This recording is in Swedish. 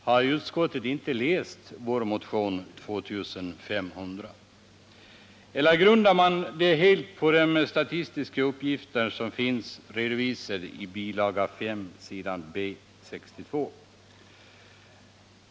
Har utskottsledamöterna inte läst vår motion 2500? Eller grundar man helt sin uppfattning på de statistiska uppgifter som redovisas i bilaga 5 s. B 62?